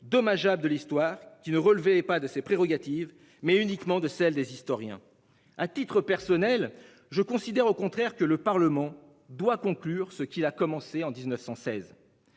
dommageable de l'histoire qui ne relevait pas de ses prérogatives, mais uniquement de celles des historiens à titre personnel je considère au contraire que le Parlement doit conclure ce qu'il a commencé en 1916.